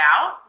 out